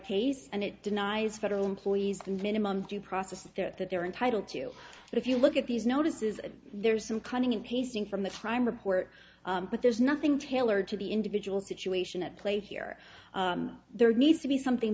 case and it denies federal employees the minimum due process that they're entitled to but if you look at these notices there's some cutting and pasting from the crime report but there's nothing tailored to the individual situation at play here there needs to be something